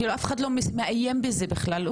אף אחד לא מעיין בזה בכלל,